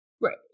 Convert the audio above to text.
Right